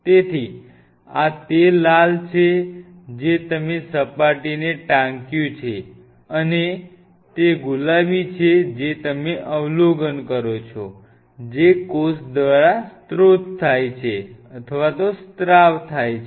તેથી આ તે લાલ છે જે તમે સપાટીને ટાંક્યું છે અને તે ગુલાબી છે જે તમે અવલોકન કરો છો જે કોષ દ્વારા સ્ત્રાવ થાય છે